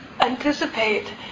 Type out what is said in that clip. anticipate